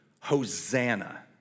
Hosanna